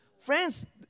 Friends